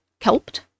Kelped